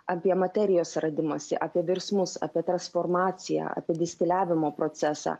apie materijos radimąsi apie virsmus apie transformaciją apie distiliavimo procesą